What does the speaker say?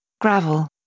gravel